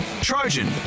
Trojan